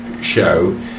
show